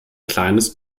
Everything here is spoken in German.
kleines